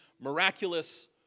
miraculous